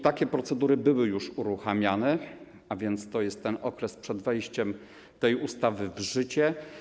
Takie procedury były już uruchamiane, a więc dotyczy to okresu przed wejściem ustawy w życie.